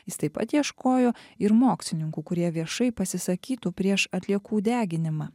jis taip pat ieškojo ir mokslininkų kurie viešai pasisakytų prieš atliekų deginimą